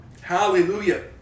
Hallelujah